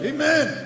Amen